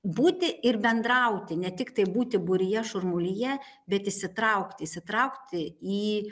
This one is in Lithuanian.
būti ir bendrauti ne tiktai būti būryje šurmulyje bet įsitraukti įsitraukti į